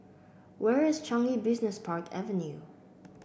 where is Changi Business Park Avenue